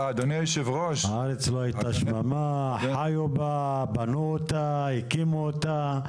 הארץ לא היתה שממה, חיו בה, בנו אותה, הקימו אותה.